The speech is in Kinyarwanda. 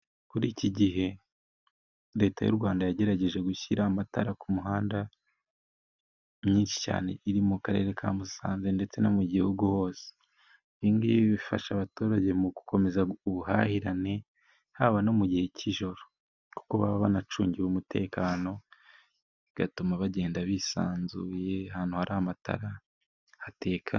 Iki gihe Leta y'u Rwanda yagerageje gushyira amatara ku mihanda myinshi cyane iri mu Karere ka Musanze, ndetse no mu gihugu hose. Ibi ng'ibi bifasha abaturage mu gukomeza ubuhahirane, haba no mu gihe cy'ijoro, kuko baba banacungiwe umutekano, bigatuma bagenda bisanzuye ahantu hari amatara hateka...